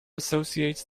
associates